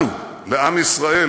לנו, לעם ישראל,